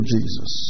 Jesus